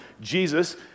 Jesus